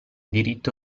diritto